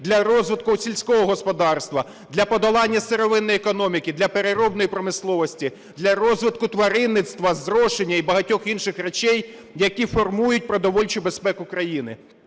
для розвитку сільського господарства. Для подолання сировинної економіки, для переробної промисловості, для розвитку тваринництва, зрошення і багатьох інших речей, які формують продовольчу безпеку країни.